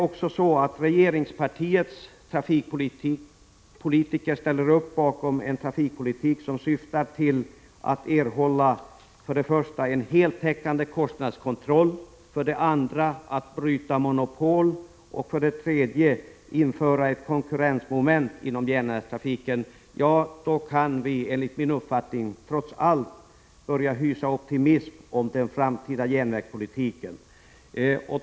Om regeringspartiets trafikpolitiker ställer upp bakom en trafikpolitik som syftar till att för det första erhålla en heltäckande kostnadskontroll, för det andra 67 bryta monopol och för det tredje införa ett konkurrensmoment inom järnvägstrafiken, ja, då kan vi enligt min mening trots allt börja hysa optimism om den framtida järnvägspolitiken.